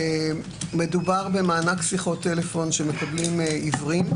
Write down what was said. מדובר במענק שיחות טלפון שמקבלים עיוורים.